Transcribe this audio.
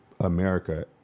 America